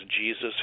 Jesus